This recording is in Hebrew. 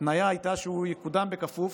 ההתניה הייתה שהוא יקודם בכפוף